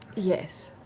yes.